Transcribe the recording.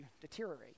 deteriorate